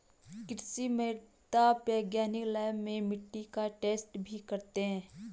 कृषि मृदा वैज्ञानिक लैब में मिट्टी का टैस्ट भी करते हैं